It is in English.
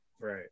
right